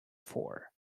for